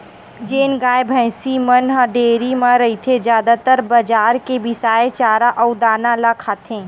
जेन गाय, भइसी मन ह डेयरी म रहिथे जादातर बजार के बिसाए चारा अउ दाना ल खाथे